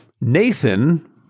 Nathan